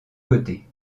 côtés